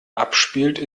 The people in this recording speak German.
abspielt